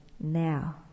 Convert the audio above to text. Now